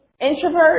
Introvert